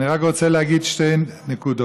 אני רק רוצה להגיד שתי נקודות.